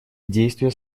действия